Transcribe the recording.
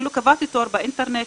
קבעתי תור באינטרנט,